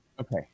Okay